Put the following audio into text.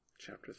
CHAPTER